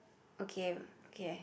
okay okay